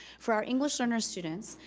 for our english learners students,